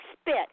spit